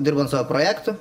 dirbant savo projektu